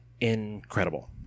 incredible